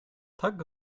tak